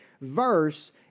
verse